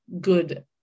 good